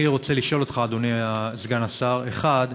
אני רוצה לשאול אותך, אדוני סגן השר: ראשית,